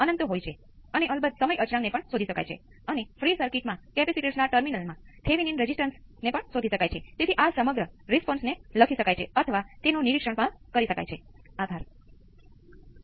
પરંતુ આ રેખીય પ્રણાલીઓનો ખૂબ જ મહત્વપૂર્ણ સ્વીકાર છે જે વિશ્લેષણ અને માપન અને પરીક્ષણ બંને માટે દરેક વસ્તુ માટે ઉપયોગી થશે